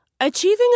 Achieving